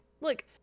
look